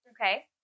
Okay